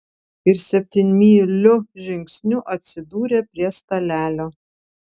ir septynmyliu žingsniu atsidūrė prie stalelio